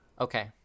Okay